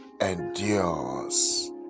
endures